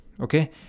Okay